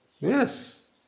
Yes